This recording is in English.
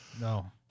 No